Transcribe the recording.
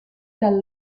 dal